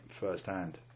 firsthand